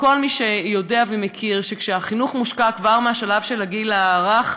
כל מי שיודע ומכיר שכשהחינוך מושקע כבר מהשלב של הגיל הרך,